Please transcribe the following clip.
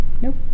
nope